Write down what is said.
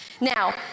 Now